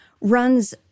runs